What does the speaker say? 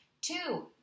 Two